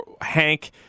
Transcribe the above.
Hank